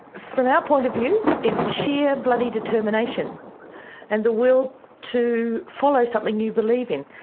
from our point of view it's sheer bloody determination and the will to follow something you believe in.